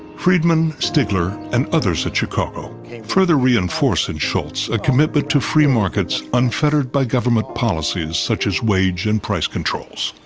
friedman, stigler and others at chicago further reinforce in shultz a commitment to free markets unfettered by government policies such as wage and price controls.